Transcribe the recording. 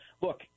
look